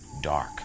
dark